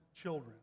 children